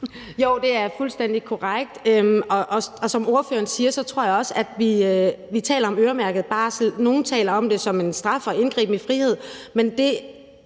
Jo, det er fuldstændig korrekt. Som ordføreren siger, tror jeg også, at vi taler om øremærket barsel. Nogle taler om det som en straf og indgriben i frihed, men det,